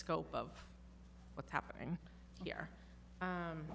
scope of what's happening here